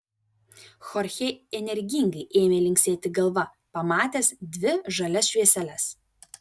chorchė energingai ėmė linksėti galva pamatęs dvi žalias švieseles